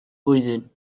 blwyddyn